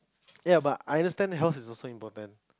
ya but I understand that health is also important